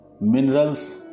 minerals